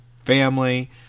family